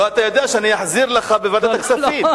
לא, אתה יודע שאני אחזיר לך בוועדת הכספים,